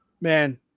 man